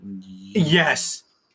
Yes